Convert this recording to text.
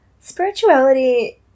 spirituality